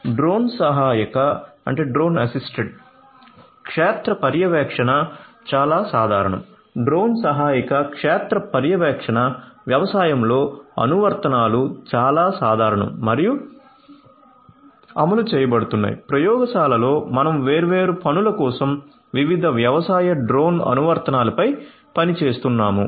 drone సహాయక క్షేత్ర పర్యవేక్షణ చాలా సాధారణం డ్రోన్ సహాయక క్షేత్ర పర్యవేక్షణ వ్యవసాయంలోఅనువర్తనాలు చాలా సాధారణం మరియు అమలు చేయబడుతున్నాయి ప్రయోగశాలలో మనం వేర్వేరు పనుల కోసం వివిధ వ్యవసాయ డ్రోన్ అనువర్తనాలపై పని చేస్తున్నాము